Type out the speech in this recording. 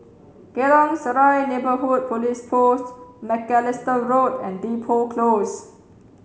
Geylang Serai Neighbourhood Police Post Macalister Road and Depot Close